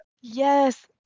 Yes